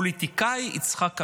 הפוליטיקאי יצחק עמית,